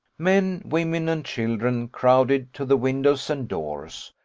men, women, and children, crowded to the windows and doors.